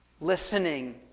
listening